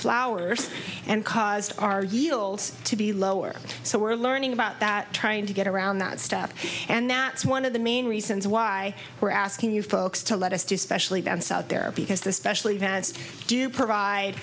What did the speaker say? flowers and caused our yields to be lower so we're learning about that trying to get around that step and that's one of the main reasons why we're asking you folks to let us do specially them south there because the special events do provide